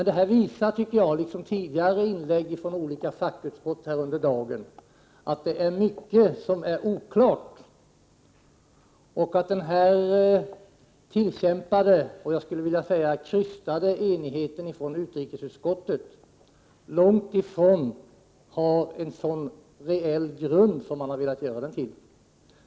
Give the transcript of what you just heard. Det här visar, tycker jag, liksom tidigare inlägg under dagen från företrädare för olika fackutskott, att det är mycket som är oklart och att den tillkämpade — jag skulle nästan vilja säga krystade — enigheten i utrikesutskottet långt ifrån har en sådan reell grund som man har velat göra gällande.